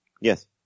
Yes